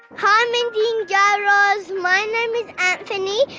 hi, mindy and guy raz. my name is anthony,